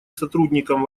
сотрудникам